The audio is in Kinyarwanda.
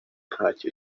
ntaco